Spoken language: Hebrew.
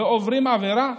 ועוברים עבירה,